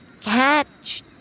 catch